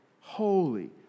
holy